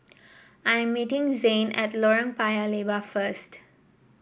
I am meeting Zain at Lorong Paya Lebar first